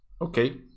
okay